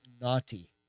naughty